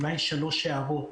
שלוש הערות.